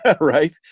right